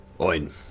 oin